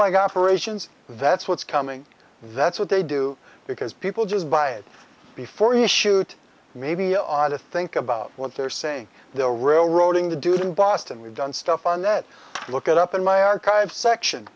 flag operations that's what's coming that's what they do because people just buy it before you shoot maybe to think about what they're saying they're railroading the dude in boston we've done stuff on that look it up in my archive section